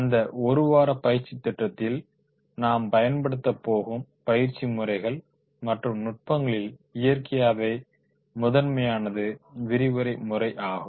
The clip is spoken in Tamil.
அந்த ஒரு வாரப் பயிற்சித் திட்டத்தில் நாம் பயன்படுத்தப் போகும் பயிற்சி முறைகள் மற்றும் நுட்பங்களில் இயற்கையாகவே முதன்மையானது விரிவுரை முறையே ஆகும்